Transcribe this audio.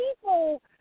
people –